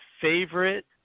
favorite